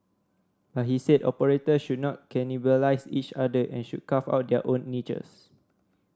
but he said operators should not cannibalise each other and should carve out their own niches